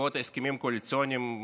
בעקבות ההסכמים הקואליציוניים,